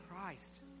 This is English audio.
Christ